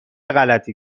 غلطی